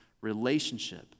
relationship